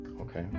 Okay